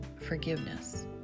forgiveness